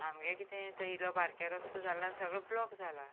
आमचें कितें तो इल्लो बारीक रस्तो जाला सगळो ब्लॉक जाला